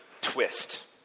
twist